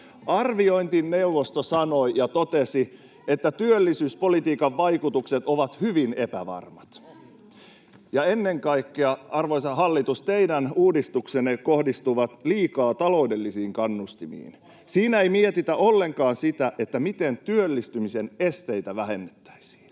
Arviointineuvosto sanoi ja totesi, että työllisyyspolitiikan vaikutukset ovat hyvin epävarmat ja ennen kaikkea, arvoisa hallitus, teidän uudistuksenne kohdistuvat liikaa taloudellisiin kannustimiin. Siinä ei mietitä ollenkaan sitä, miten työllistymisen esteitä vähennettäisiin.